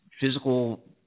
physical